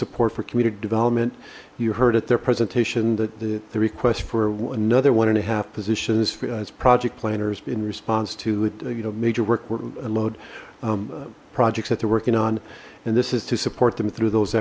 support for community development you heard at their presentation that the the request for another one and a half positions as project planners in response to it you know major work load projects that they're working on and this is to support them through those